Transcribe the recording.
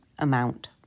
amount